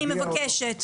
בוק.